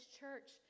church